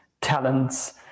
talents